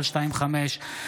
זכות עמידה בבית המשפט הגבוה